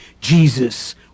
Jesus